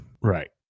Right